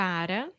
Para